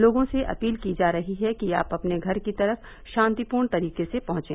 लोगों से अपील की जा रही है कि आप अपने घर की तरफ शांतिपूर्ण तरीके से पहंचे